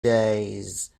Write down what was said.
days